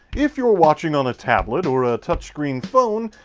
if you're watching on a tablet or a touch screen phone,